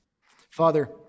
Father